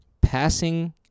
passing